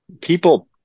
people